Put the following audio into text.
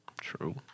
True